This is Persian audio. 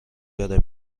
داره